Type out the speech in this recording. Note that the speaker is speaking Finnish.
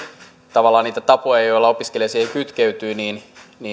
tavallaan niitä tapoja joilla opiskelija siihen kytkeytyy